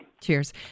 Cheers